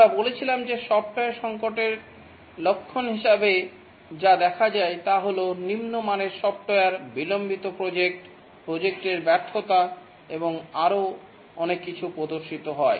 আমরা বলেছিলাম যে সফ্টওয়্যার সংকটের লক্ষণ হিসাবে যা দেখা যায় তা হল নিম্নমানের সফ্টওয়্যার বিলম্বিত প্রজেক্ট প্রজেক্ট এর ব্যর্থতা এবং আরও অনেক কিছু প্রদর্শিত হয়